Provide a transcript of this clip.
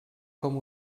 com